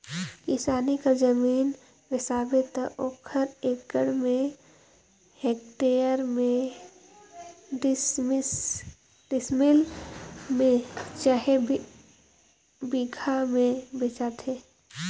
किसानी कर जमीन बेसाबे त ओहर एकड़ में, हेक्टेयर में, डिसमिल में चहे बीघा में बेंचाथे